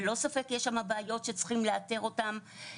ללא ספק יש שם בעיות שצריכים לאתר אותן.